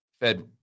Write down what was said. Fed